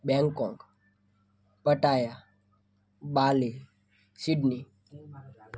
Bangkok Pattaya Bali Sydney